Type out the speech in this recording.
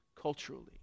culturally